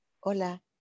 Hola